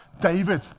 David